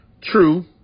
True